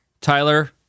Tyler